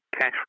cash